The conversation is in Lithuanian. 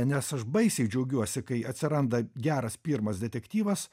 nes aš baisiai džiaugiuosi kai atsiranda geras pirmas detektyvas